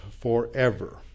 forever